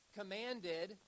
commanded